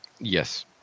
Yes